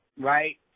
right